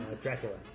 Dracula